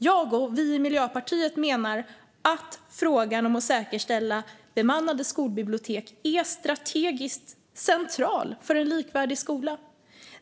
Jag och vi i Miljöpartiet menar att frågan om att säkerställa bemannade skolbibliotek är strategiskt central för en likvärdig skola.